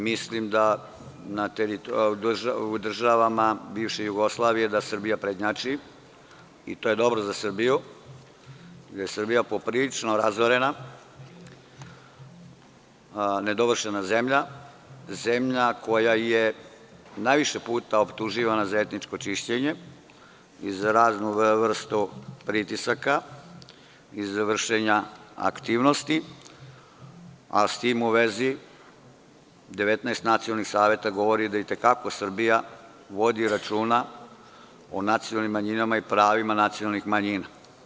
Mislim da u državama bivše Jugoslavije Srbija prednjači i to je dobro za Srbiju, jer je Srbija po prilično razorena, nedovršena zemlja, zemlja koja je najviše puta optuživana za etničko čišćenje i raznu vrstu pritisaka i za vršenja aktivnosti, a s tim u vezi, 19 nacionalnih saveta govori da i te kako Srbija vodi računa o nacionalnim manjinama i pravima nacionalnih manjina.